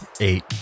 eight